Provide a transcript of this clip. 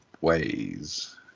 ways